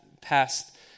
past